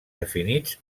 definits